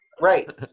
Right